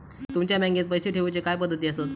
तुमच्या बँकेत पैसे ठेऊचे काय पद्धती आसत?